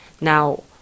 now